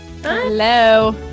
Hello